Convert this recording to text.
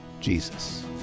Jesus